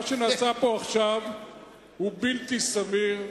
מה שנעשה פה עכשיו הוא בלתי סביר,